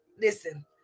Listen